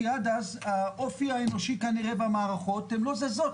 כי עד אז האופי האנושי כנראה במערכות הן לא זזות,